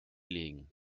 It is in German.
legen